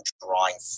drawing